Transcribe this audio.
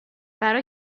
برا